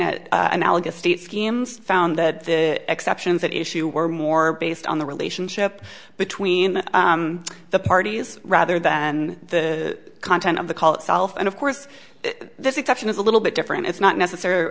at analogous state schemes found that exceptions that issue were more based on the relationship between the parties rather than the content of the call itself and of course this exception is a little bit different it's not necessarily